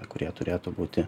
kurie turėtų būti